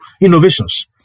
innovations